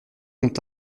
ont